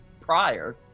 prior